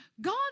God